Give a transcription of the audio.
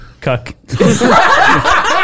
cuck